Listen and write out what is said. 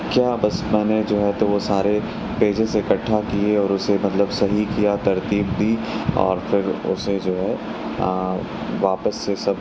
کیا بس میں نے جو ہے تو وہ سارے پیجز اکٹھا کئے اور اُسے مطلب صحیح کیا ترتیب دی اور پھر اُسے جو ہے آ واپس سے سب